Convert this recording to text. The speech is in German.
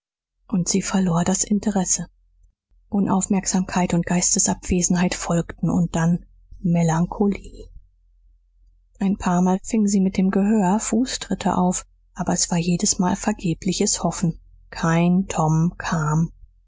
und sie verlor das interesse unaufmerksamkeit und geistesabwesenheit folgten und dann melancholie ein paarmal fing sie mit dem gehör fußtritte auf aber es war jedesmal vergebliches hoffen kein tom kam